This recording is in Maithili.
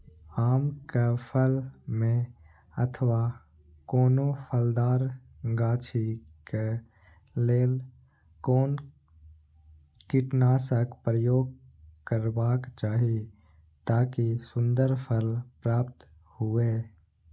आम क फल में अथवा कोनो फलदार गाछि क लेल कोन कीटनाशक प्रयोग करबाक चाही ताकि सुन्दर फल प्राप्त हुऐ?